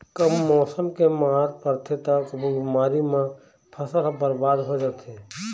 कभू मउसम के मार परथे त कभू बेमारी म फसल ह बरबाद हो जाथे